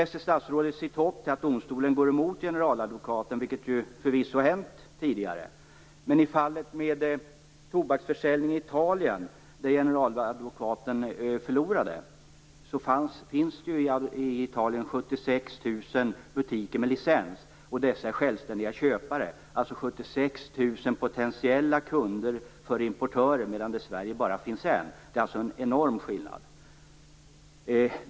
Statsrådet fäster sitt hopp till att domstolen går emot generaladvokaten, vilket förvisso har hänt tidigare. Men i fallet med tobaksförsäljningen i Italien förlorade generaladvokaten. I Italien finns det 76 000 butiker med licens. Och dessa är självständiga köpare. Det finns alltså 76 000 potentiella kunder för importörer medan det i Sverige bara finns en. Det är en enorm skillnad.